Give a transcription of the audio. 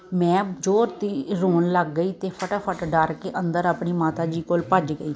ਮੈਂ ਜ਼ੋਰ ਦੀ ਰੋਣ ਲੱਗ ਗਈ ਅਤੇ ਫਟਾ ਫਟ ਡਰ ਕੇ ਅੰਦਰ ਆਪਣੀ ਮਾਤਾ ਜੀ ਕੋਲ ਭੱਜ ਗਈ